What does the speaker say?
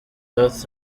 earth